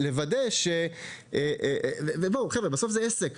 בסופו של דבר זה עסק.